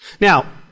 Now